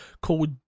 called